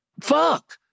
Fuck